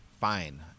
fine